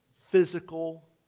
physical